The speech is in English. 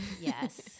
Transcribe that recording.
yes